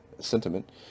sentiment